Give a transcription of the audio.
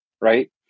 right